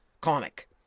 comic